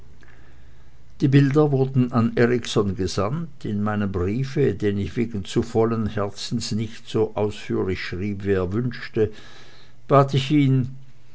die bilder wurden an erikson abgesandt in meinem briefe den ich wegen zu vollen herzens nicht so ausführlich schrieb wie er wünschte bat ich ihn